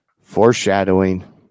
Foreshadowing